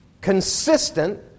consistent